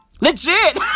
legit